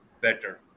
better